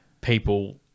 people